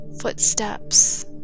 Footsteps